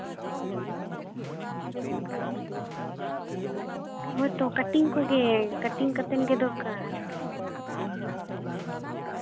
ᱦᱳᱭ ᱛᱚ cutting ᱠᱚᱜᱮ ᱠᱟ ᱴᱤᱝ ᱠᱟᱛᱮ ᱜᱮ ᱫᱚᱨᱠᱟᱨ